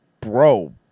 bro